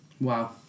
Wow